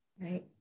Right